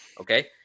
Okay